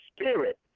spirit